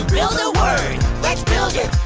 build a word let's build it,